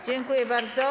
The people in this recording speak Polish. Dziękuję bardzo.